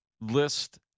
list